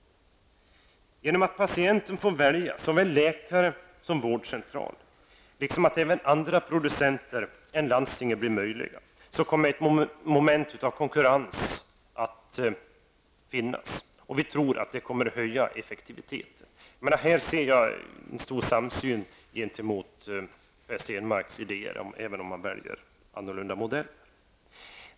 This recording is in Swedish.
Genom att patienten får välja såväl läkare som vårdcentral liksom att även andra producenter än landstinget blir möjliga, kommer ett moment av konkurrens att finnas. Vi tror att detta kommer att höja effektiviteten. Efter att ha hört Per Stenmarck anser jag att det finns en samsyn hos oss och moderaterna, även om moderaterna väljer andra modeller.